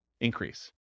increase